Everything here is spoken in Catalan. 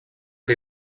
que